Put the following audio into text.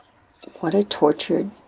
what a tortured,